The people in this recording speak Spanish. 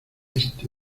este